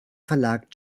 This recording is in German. verlag